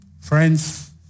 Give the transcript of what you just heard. Friends